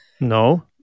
No